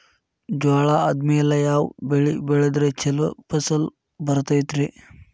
ಜ್ವಾಳಾ ಆದ್ಮೇಲ ಯಾವ ಬೆಳೆ ಬೆಳೆದ್ರ ಛಲೋ ಫಸಲ್ ಬರತೈತ್ರಿ?